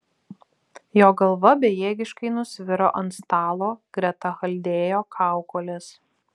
jo galva bejėgiškai nusviro ant stalo greta chaldėjo kaukolės